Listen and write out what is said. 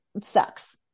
sucks